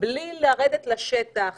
מבלי לרדת לשטח